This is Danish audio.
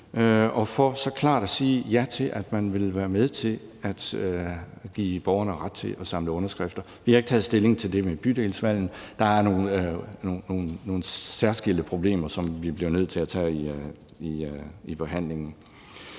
og for så klart at sige ja til, at man vil være med til at give borgerne ret til at indsamle underskrifter. Vi har ikke taget stilling til det med bydelsvalg; der er nogle særskilte problemer, som vi bliver nødt til at tage i forhandlingerne.